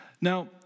Now